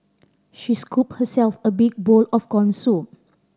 she scoop herself a big bowl of corn soup